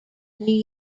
new